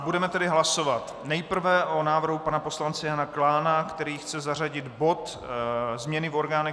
Budeme tedy hlasovat nejprve o návrhu pana poslance Jana Klána, který chce zařadit bod změny v orgánech